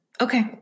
Okay